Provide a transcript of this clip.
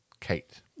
Kate